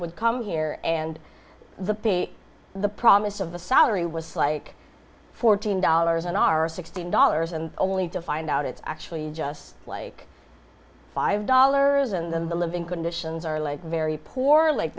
would come here and the pay the promise of the salary was like fourteen dollars an hour or sixteen dollars and only to find out it's actually just like five dollars and then the living conditions are like very poor like